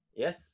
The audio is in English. Yes